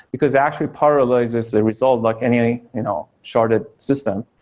because actually paralyzes the result like any any you know sharded system,